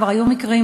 כבר היו מקרים,